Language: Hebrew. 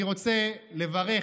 אני רוצה לברך